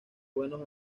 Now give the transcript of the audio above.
buenos